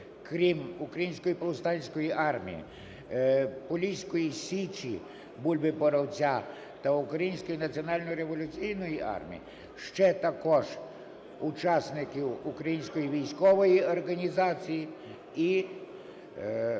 крім Української повстанської армії, Поліської Січі Бульби-Боровця та Української національно-революційної армії, ще також учасників Української військової організації і Організації